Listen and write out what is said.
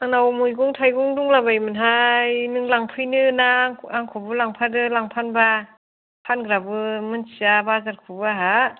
आंनाव मैगं थाइगं दंलाबायोमोनहाय नों लांफैनोना आंखौबो लांफादो लांफानोबा फानग्राबो मोनथिया बाजारखौ आंहा